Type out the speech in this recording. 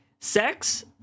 sex